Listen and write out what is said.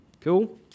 Cool